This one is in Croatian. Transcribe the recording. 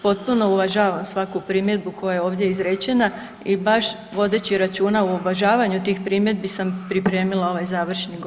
Potpuno uvažavam svaku primjedbu koja je ovdje izrečena i baš vodeći računa o uvažavanju tih primjedbi sam pripremila ovaj završni govor.